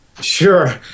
Sure